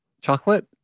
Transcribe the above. chocolate